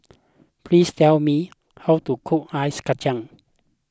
please tell me how to cook Ice Kachang